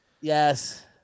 Yes